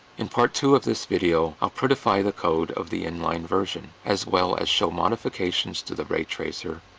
in part two of this video, i'll prettify the code of the inline version, as well as show modifications to the raytracer,